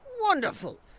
Wonderful